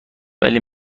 ولی